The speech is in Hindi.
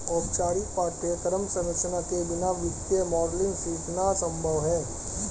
औपचारिक पाठ्यक्रम संरचना के बिना वित्तीय मॉडलिंग सीखना संभव हैं